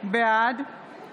בעד